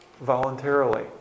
voluntarily